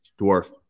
Dwarf